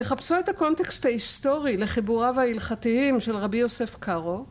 לחפשו את הקונטקסט ההיסטורי לחיבוריו ההלכתיים של רבי יוסף קארו